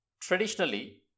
traditionally